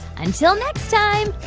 until next time,